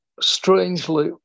strangely